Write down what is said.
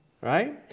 right